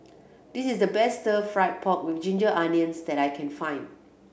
this is the best Stir Fried Pork With Ginger Onions that I can find